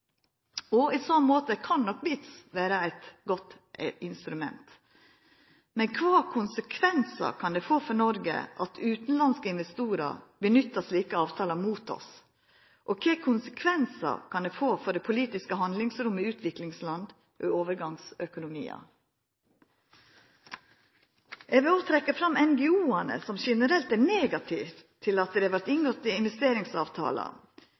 og i så måte kan nok BITs vera eit godt instrument. Men kva for konsekvensar kan det få for Noreg at utanlandske investorar nyttar slike avtalar mot oss, og kva for konsekvensar kan det få for det politiske handlingsrommet i utviklingsland og i overgangsøkonomiar? Eg vil òg trekkja fram NGO-ane, som generelt er negative til at det